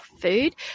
food